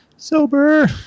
sober